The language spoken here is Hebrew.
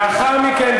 לאחר מכן,